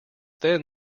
then